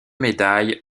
médailles